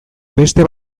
beste